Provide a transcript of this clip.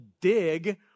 dig